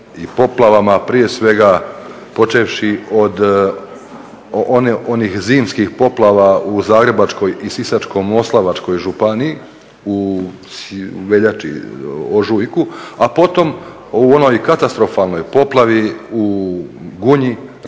i poplavama prije svega počevši od onih zimskih poplava u Zagrebačkoj i Sisačko-moslavačkoj županiji u veljači, ožujku a potom u onoj katastrofalnoj poplavi u Gunji,